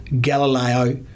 Galileo